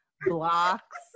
blocks